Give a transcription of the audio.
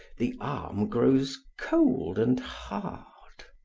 the arm grows cold and hard.